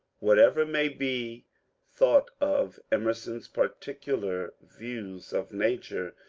whatever may be thought of emerson's particular views of nature,